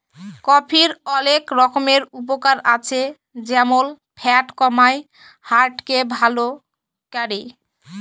কফির অলেক রকমের উপকার আছে যেমল ফ্যাট কমায়, হার্ট কে ভাল ক্যরে